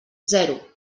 zero